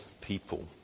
people